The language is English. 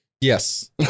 Yes